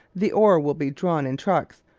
the ore will be drawn in trucks,